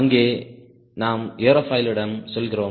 அங்கே நாம் ஏரோஃபாயிலிடம் செல்கிறோம்